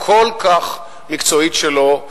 הכל-כך מקצועית שלו,